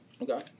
Okay